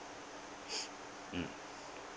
mm